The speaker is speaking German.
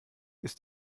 ist